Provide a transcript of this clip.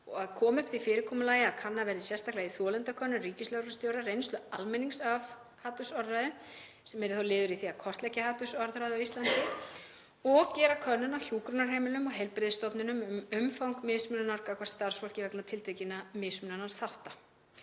og koma upp því fyrirkomulagi að könnuð verði sérstaklega í þolendakönnun ríkislögreglustjóra reynsla almennings af hatursorðræðu, sem yrði þá liður í því að kortleggja hatursorðræðu á Íslandi, og gera könnun á hjúkrunarheimilum og heilbrigðisstofnunum um umfang mismununar gagnvart starfsfólki vegna tiltekinna mismununarþátta.